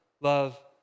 love